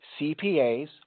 CPAs